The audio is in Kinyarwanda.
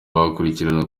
bakurikirana